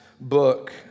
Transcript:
book